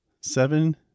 Seven